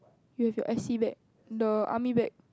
you'll have F_C bag no army bag